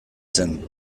zen